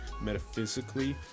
metaphysically